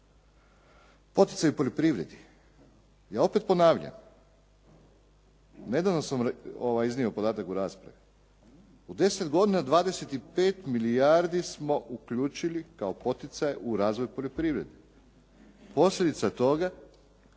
poticaji poljoprivredi, ja opet ponavljam, nedavno sam iznio podatak u raspravi u 10 godina 25 milijardi smo uključili kao poticaj u razvoj poljoprivrede. Posljedica toga